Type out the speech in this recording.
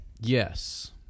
Yes